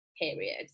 period